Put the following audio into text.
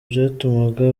byatumaga